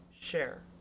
share